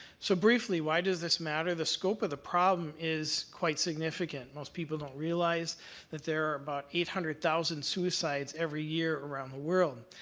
so, briefly, why does this matter? the scope of the problem is quite significant. most people don't realize that there are about eight hundred thousand suicides a year around the world.